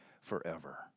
forever